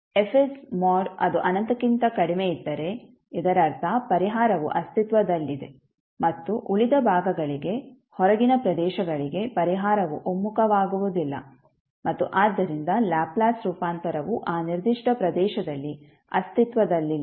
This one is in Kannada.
F ಮೋಡ್ ಅದು ಅನಂತಕ್ಕಿಂತ ಕಡಿಮೆಯಿದ್ದರೆ ಇದರರ್ಥ ಪರಿಹಾರವು ಅಸ್ತಿತ್ವದಲ್ಲಿದೆ ಮತ್ತು ಉಳಿದ ಭಾಗಗಳಿಗೆ ಹೊರಗಿನ ಪ್ರದೇಶಗಳಿಗೆ ಪರಿಹಾರವು ಒಮ್ಮುಖವಾಗುವುದಿಲ್ಲ ಮತ್ತು ಆದ್ದರಿಂದ ಲ್ಯಾಪ್ಲೇಸ್ ರೂಪಾಂತರವು ಆ ನಿರ್ದಿಷ್ಟ ಪ್ರದೇಶದಲ್ಲಿ ಅಸ್ತಿತ್ವದಲ್ಲಿಲ್ಲ